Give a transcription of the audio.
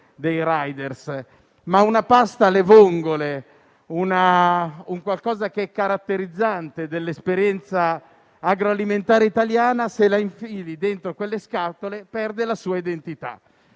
dei *rider*, ma una pasta alle vongole o un cibo che caratterizza l'esperienza agroalimentare italiana, se lo infili dentro quelle scatole, perde la sua identità.